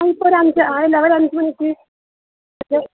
ഇപ്പോൾ ഒരു അഞ്ച് ആ ഇല്ല ഒരു അഞ്ച് മണിക്ക് അത്